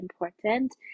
important